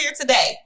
today